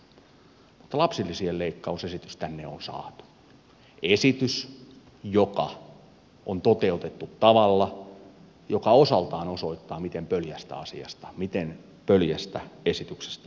mutta lapsilisien leikkausesitys tänne on saatu esitys joka on toteutettu tavalla joka osaltaan osoittaa miten pöljästä asiasta miten pöljästä esityksestä on kysymys